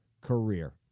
career